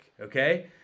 Okay